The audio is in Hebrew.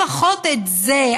לפחות את זה,